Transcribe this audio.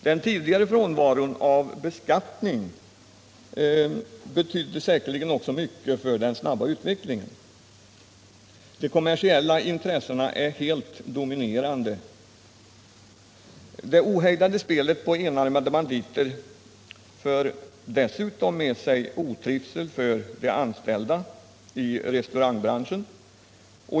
Den tidigare frånvaron av beskattning betydde säkerligen också mycket för spelets snabba utveckling. De kommersiella intressena är helt dominerande. Det ohejdade spelet på s.k. enarmade banditer för dessutom med sig otrivsel för de anställda i restaurangbranschen.